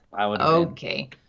okay